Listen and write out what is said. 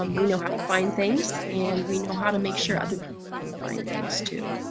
um we we know how to find things and we know how to make sure other people can find things too.